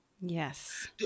Yes